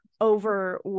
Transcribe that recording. over